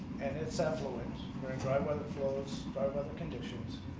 and its effluent during dry weather flows, dry weather conditions,